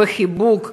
בחיבוק,